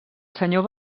senyor